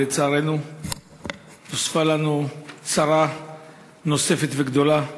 ולצערנו נוספה לנו צרה נוספת גדולה.